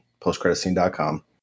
Postcreditscene.com